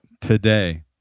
today